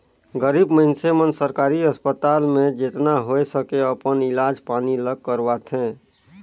गरीब मइनसे मन सरकारी अस्पताल में जेतना होए सके अपन इलाज पानी ल करवाथें